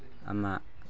ꯑꯃ